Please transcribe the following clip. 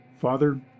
Father